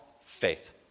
faith